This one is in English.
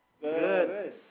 Good